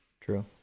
True